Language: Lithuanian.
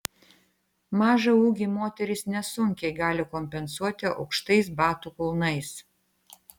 mažą ūgį moterys nesunkiai gali kompensuoti aukštais batų kulnais